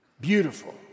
Beautiful